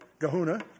gahuna